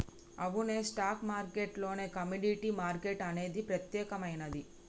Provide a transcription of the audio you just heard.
అవునే stock market లోనే commodity market అనేది ప్రత్యేకమైనది